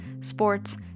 sports